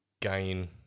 gain